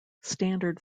standard